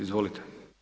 Izvolite.